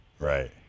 right